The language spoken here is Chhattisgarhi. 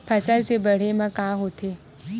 फसल से बाढ़े म का होथे?